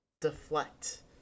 deflect